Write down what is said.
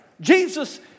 Jesus